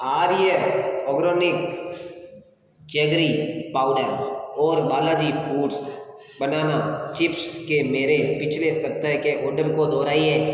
आर्य organic jaggery powder और Balaji foods banana chips के मेरे पिछले सप्ताह के आर्डर को दोहराइए